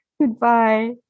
Goodbye